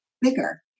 bigger